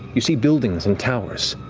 you see buildings and towers.